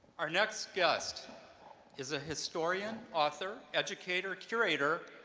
our next guest is a historian, author, educator, curator,